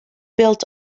built